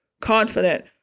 confident